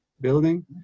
building